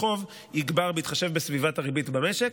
החוב יגבר בהתחשב בסביבת הריבית במשק,